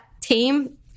team